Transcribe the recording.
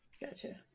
gotcha